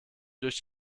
durch